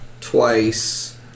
twice